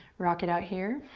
rock it out here.